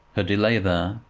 her delay there,